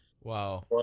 Wow